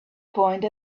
point